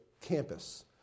campus